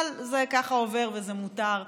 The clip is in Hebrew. אבל זה ככה עובר, וזה מותר.